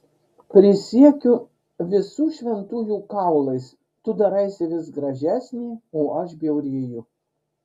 prisiekiu visų šventųjų kaulais tu daraisi vis gražesnė o aš bjaurėju